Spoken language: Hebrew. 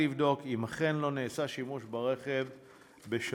לבדוק אם אכן לא נעשה שימוש ברכב בשבת.